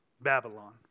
Babylon